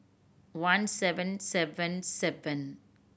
one seven seven seven